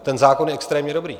ten zákon je extrémně dobrý.